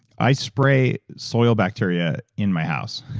i spray soil bacteria in my house.